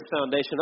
foundation